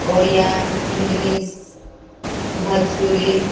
Odia English Bhojpuri